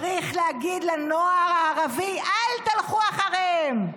צריך להגיד לנוער הערבי: אל תלכו אחריהם,